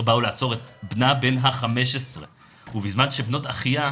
באו לעצור את בנה בן ה-15 ובזמן שבנות אחיה,